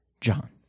John